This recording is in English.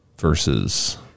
versus